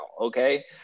Okay